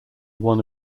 one